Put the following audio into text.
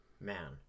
Man